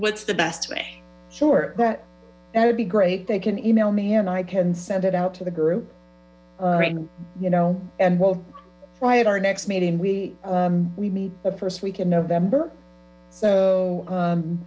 what's the best way for that that'd be great they can e mail me and i can send it out to the group you know and we'll try it our next meeting we we meet the first week in november so